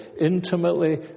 intimately